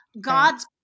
God's